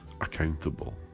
accountable